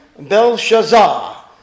Belshazzar